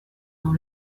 dans